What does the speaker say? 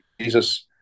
Jesus